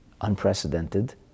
unprecedented